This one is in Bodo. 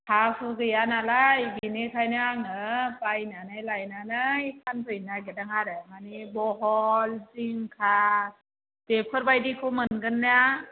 हा हु गैया नालाय बेनिखायनो आङो बायनानै लायनानै फानफैनो नागिरदों आरो माने बहल जिंखा बेफोरबायदिखौ मोनगोन ना